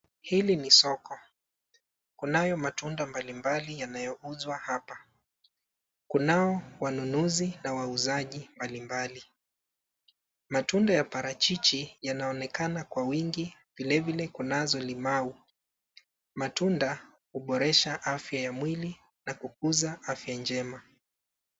Hili ni soko. Kunayo matunda mbalimbali yanayouzwa hapa. Kunao wanunuzi na wauzaji mbalimbali. Matunda ya parachichi yanaonekana kwa wingi vilevile kunazo limau. Matunda huboresha afya ya mwili na kukuza afya njema.